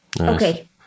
Okay